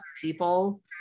people